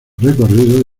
recorrido